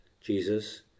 Jesus